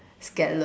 scallop